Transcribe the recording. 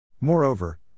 Moreover